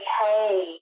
hey